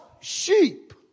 sheep